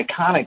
iconic